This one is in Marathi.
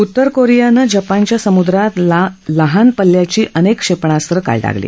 उत्तर कोरियानं जपानच्या समुद्रात लहान पल्ल्याची अनेक क्षेपणास्त्र काल डागली